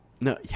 no